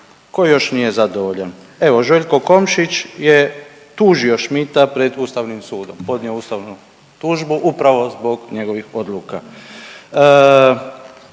Tko još nije zadovoljan? Evo Željko Komšić je tužio Schmidta pred Ustavnim sudom, podnio ustavnu tužbu upravo zbog njegovih odluka.